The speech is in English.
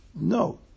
No